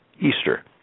Easter